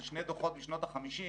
זה שני דוחות משנות ה-50',